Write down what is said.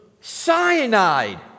Cyanide